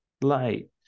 light